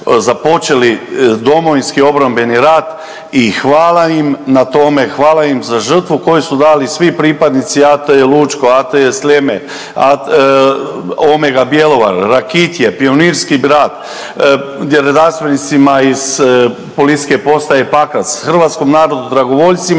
započeli Domovinski obrambeni rat i hvala im na tome, hvala im za žrtvu koju su dali svi pripadnici AT Lučko, AT Sljeme, Omega Bjelovar, Rakitje, Pionirski …, redarstvenicima iz PP Pakrac, hrvatskom narodu, dragovoljcima